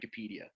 Wikipedia